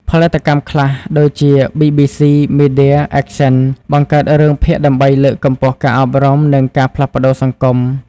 ផលិតកម្មខ្លះដូចជា BBC Media Action បង្កើតរឿងភាគដើម្បីលើកកម្ពស់ការអប់រំ និងការផ្លាស់ប្តូរសង្គម។